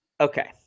Okay